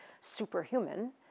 superhuman